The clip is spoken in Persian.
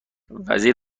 وزیر